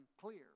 clear